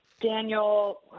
Daniel